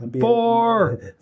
Four